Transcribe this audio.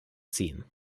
ziehen